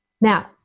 Now